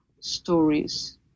stories